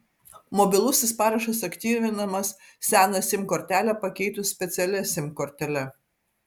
mobilusis parašas aktyvinamas seną sim kortelę pakeitus specialia sim kortele